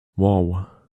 wow